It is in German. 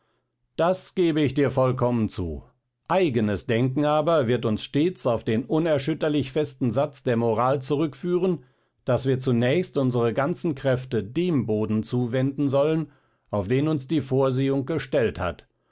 das gebe ich dir vollkommen zu eigenes denken aber wird uns stets auf den unerschütterlich festen satz der moral zurückführen daß wir zunächst unsere ganzen kräfte dem boden zuwenden sollen auf den uns die vorsehung gestellt hat